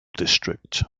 district